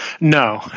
No